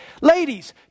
Ladies